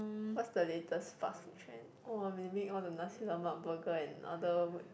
what's the latest fast food trend oh they make all the Nasi-Lemak burger and other